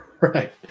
right